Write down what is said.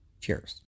Cheers